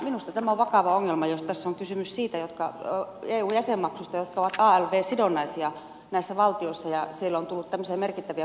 minusta tämä on vakava ongelma jos tässä on kysymys niistä eu jäsenmaksuista jotka ovat alv sidonnaisia näissä valtioissa ja siellä on tullut tämmöisiä merkittäviä poikkeamia